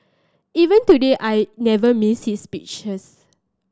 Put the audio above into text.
even today I never miss his speeches